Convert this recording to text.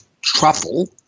truffle